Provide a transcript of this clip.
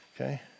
okay